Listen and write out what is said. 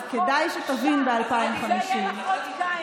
אז כדאי שתבין: ב-2050,